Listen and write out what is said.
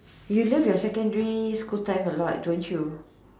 you love your secondary school time a lot don't you